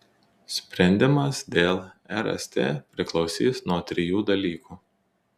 sprendimas dėl rst priklausys nuo trijų dalykų